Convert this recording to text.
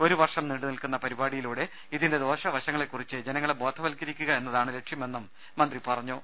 ഒരു വർഷം നീണ്ടു നിൽക്കുന്ന പരിപാടിയിലൂടെ ഇതിന്റെ ദോഷ വശങ്ങളെ കുറിച്ച് ജനങ്ങളെ ബോധവത്കരിക്കുക എന്നതാണ് ലക്ഷ്യമെന്നും മന്ത്രി പറഞ്ഞു